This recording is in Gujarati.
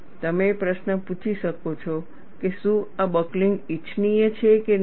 તમે પ્રશ્ન પૂછી શકો છો કે શું આ બકલિંગ ઇચ્છનીય છે કે નહીં